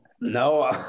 No